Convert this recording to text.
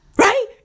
Right